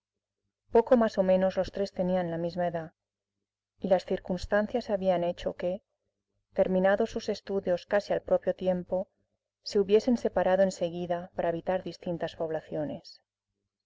poco más o menos los tres tenían la misma edad y las circunstancias habían hecho que terminados sus estudios casi al propio tiempo se hubiesen separado en seguida para habitar distintas poblaciones